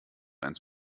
eins